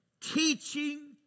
teaching